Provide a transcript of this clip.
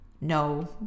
No